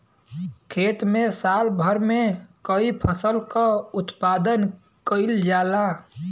खेत में साल भर में कई फसल क उत्पादन कईल जाला